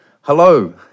Hello